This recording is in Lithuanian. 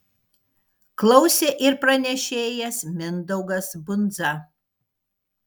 klausė ir pranešėjas mindaugas bundza